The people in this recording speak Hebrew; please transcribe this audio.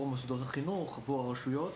מוסדות חינוך והרשויות,